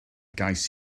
gais